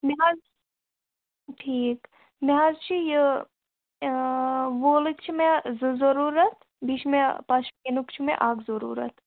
مےٚ حظ ٹھیٖک مےٚ حظ چھُ یہِ ووٗلٕکۍ چھِ مےٚ زٕ ضروٗرت بیٚیہِ چھُ مےٚ پَشمیٖنُک چھُ مےٚ اکھ ضروٗرت